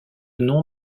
nom